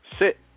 Sit